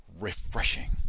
Refreshing